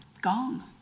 Gong